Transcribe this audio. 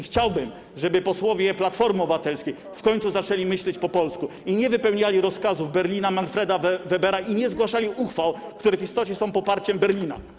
Chciałbym, żeby posłowie Platformy Obywatelskiej w końcu zaczęli myśleć po polsku, nie wypełniali rozkazów Berlina, Manfreda Webera i nie zgłaszali uchwał, które w istocie są poparciem Berlina.